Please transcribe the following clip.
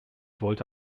wollte